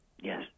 Yes